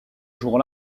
jour